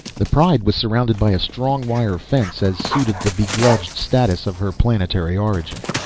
the pride was surrounded by a strong wire fence as suited the begrudged status of her planetary origin.